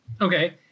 Okay